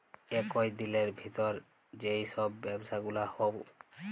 একই দিলের ভিতর যেই সব ব্যবসা গুলা হউ